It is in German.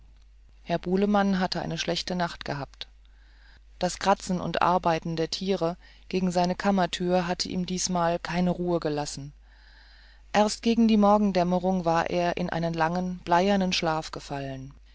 herr bulemann hatte eine schlechte nacht gehabt das kratzen und arbeiten der tiere gegen seine kammertür hatte ihm diesmal keine ruhe gelassen erst gegen die morgendämmerung war er in einen langen bleiernen schlaf gefallen